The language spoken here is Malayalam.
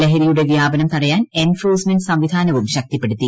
ലഹരിയുടെ വ്യാപനം തടയാൻ എൻഫോഴ്സ്മെന്റ് സംവിധാനവും ശക്തിപ്പെടുത്തി